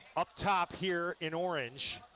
up top here in orange